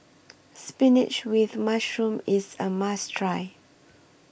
Spinach with Mushroom IS A must Try